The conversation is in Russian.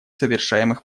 совершаемых